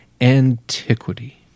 antiquity